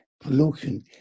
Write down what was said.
pollution